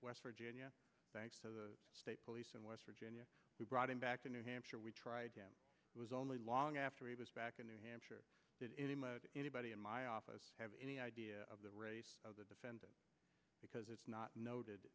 west virginia thanks to the state police in west virginia who brought him back to new hampshire we tried was only long after he was back in new hampshire did anybody in my office have any idea of the race of the defendant because it's not noted